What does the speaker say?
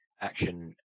action